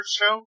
show